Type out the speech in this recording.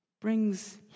brings